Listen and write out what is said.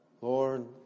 Lord